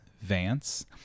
vance